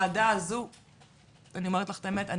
גם אני אחרי הוועדה הזאת לא יודעת